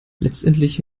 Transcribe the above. letztendlich